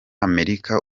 amerika